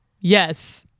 Yes